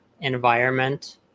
environment